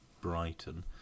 Brighton